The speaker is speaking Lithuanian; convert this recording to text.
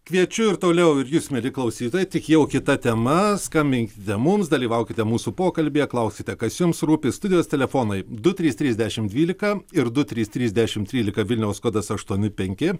kviečiu ir toliau ir jus mieli klausytojai tik jau kita tema skambinkite mums dalyvaukite mūsų pokalbyje klauskite kas jums rūpi studijos telefonai du trys trys dešim dvyika ir du trys trys dešim trylika vilniaus kodas aštuoni penki